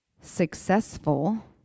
successful